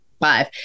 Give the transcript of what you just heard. five